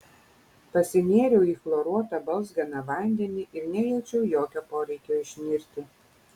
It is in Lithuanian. pasinėriau į chloruotą balzganą vandenį ir nejaučiau jokio poreikio išnirti